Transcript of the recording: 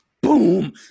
boom